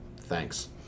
Thanks